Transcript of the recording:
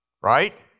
right